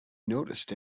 noticed